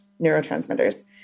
neurotransmitters